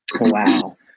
Wow